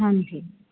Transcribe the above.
ਹਾਂਜੀ